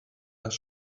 das